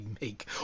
make